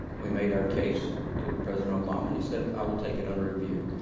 we made our case to president obama and he said, i will take it under review.